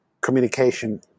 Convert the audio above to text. communication